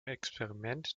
experiment